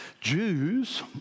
Jews